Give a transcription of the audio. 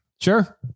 Sure